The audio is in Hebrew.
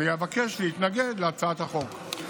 אני אבקש להתנגד להצעת החוק.